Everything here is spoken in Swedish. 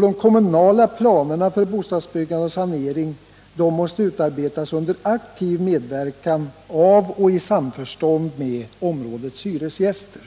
De kommunala planerna för bostadsbyggande och sanering måste utarbetas under aktiv medverkan av och i samförstånd med områdets hyresgäster.